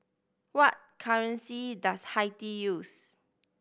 what currency does Haiti use